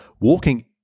walking